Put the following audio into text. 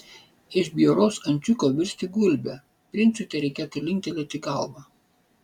iš bjauraus ančiuko virsti gulbe princui tereikėtų linktelėti galvą